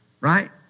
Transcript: Right